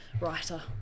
writer